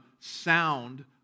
Sound